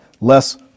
Less